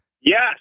Yes